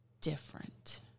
different